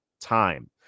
time